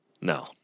No